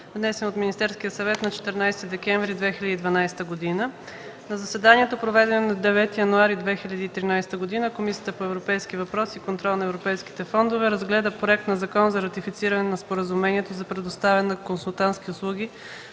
внесен от Министерския съвет на 14 декември 2012 г. На заседанието, проведено на 9 януари 2013 г., Комисията по европейските въпроси и контрол на европейските фондове разгледа проект на Закон за ратифициране на Споразумението за предоставяне на консултантски услуги